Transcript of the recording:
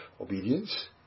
obedience